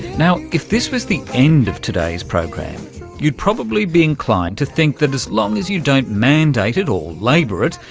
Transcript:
now, if this was the end of today's program you'd probably be inclined to think that as long as you don't mandate it or labour it,